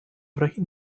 враги